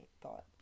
thought